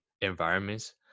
environments